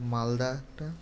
মালদা একটা